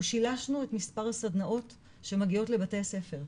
אנחנו שילשנו את מספר הסדנאות שמגיעות לבתי הספר,